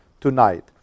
tonight